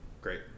great